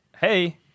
hey